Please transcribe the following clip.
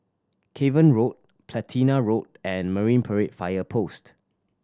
Cavan Road Platina Road and Marine Parade Fire Post